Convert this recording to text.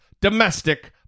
domestic